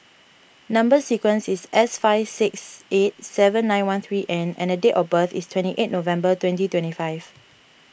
Number Sequence is S five six eight seven nine one three N and date of birth is twenty eighth November twenty twenty five